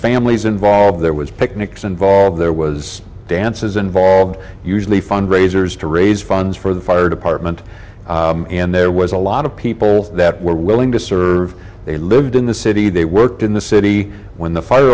families involved there was picnics involved there was dances involved usually fundraisers to raise funds for the fire department and there was a lot of people that were willing to serve they lived in the city they worked in the city when the fire